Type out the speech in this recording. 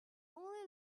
only